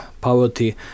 poverty